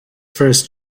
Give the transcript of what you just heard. first